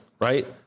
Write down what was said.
Right